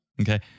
Okay